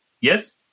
yes